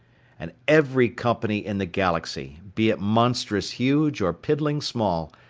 and every company in the galaxy, be it monstrous huge or piddling small,